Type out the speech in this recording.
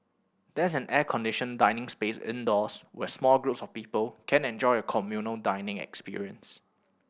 there's an air conditioned dining space indoors where small groups of people can enjoy a communal dining experience